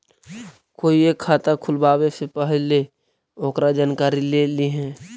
कोईओ खाता खुलवावे से पहिले ओकर जानकारी ले लिहें